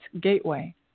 gateway